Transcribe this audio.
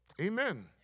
Amen